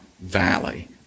valley